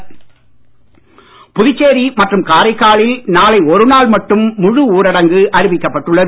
ஊரடங்கு புதுச்சேரி மற்றும் காரைக்காலில் நாளை ஒரு நாள் மட்டும் முழு ஊரடங்கு அறிவிக்கப்பட்டுள்ளது